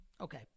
okay